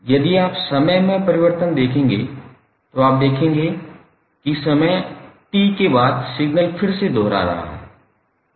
इसी तरह यदि आप समय में परिवर्तन देखते हैं तो आप देखेंगे कि समय T के बाद सिग्नल फिर से दोहरा रहा है